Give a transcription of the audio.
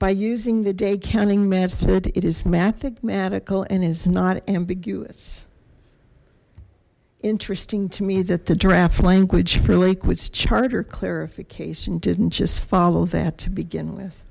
by using the day counting method it is mathematical and is not ambiguous interesting to me that the draft language for liquids charter clarification didn't just follow that to begin with